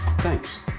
Thanks